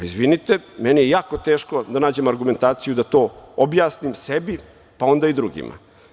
Izvinite, meni je jako teško da nađem argumentaciju da to objasnim sebi, pa onda i drugima.